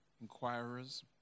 inquirers